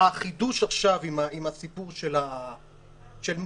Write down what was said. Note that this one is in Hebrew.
החידוש עכשיו עם הסיפור של מה?